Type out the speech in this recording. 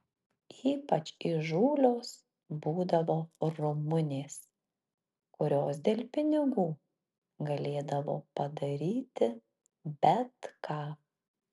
ypač įžūlios būdavo rumunės kurios dėl pinigų galėdavo padaryti bet ką